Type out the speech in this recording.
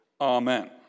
Amen